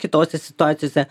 kitose situacijose